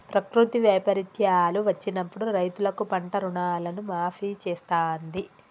ప్రకృతి వైపరీత్యాలు వచ్చినప్పుడు రైతులకు పంట రుణాలను మాఫీ చేస్తాంది